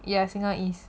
ya sengkang east